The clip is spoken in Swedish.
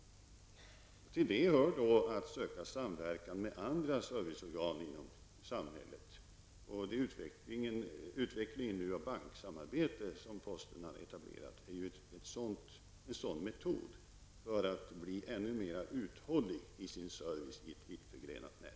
Till detta hör att söka samverkan med andra serviceorgan inom samhället. Den utveckling av banksamarbetet som posten har etablerat är en sådan metod för att bli ännu mer uthållig i sin service på ett vitt förgrenat nät.